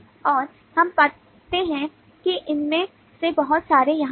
और हम पाते हैं कि उनमें से बहुत सारे यहाँ हैं